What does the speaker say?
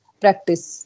practice